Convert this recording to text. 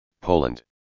Poland